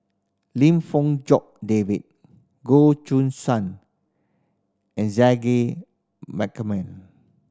Lim Fong Jock David Goh Choo San and Zaqy Macman